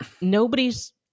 Nobody's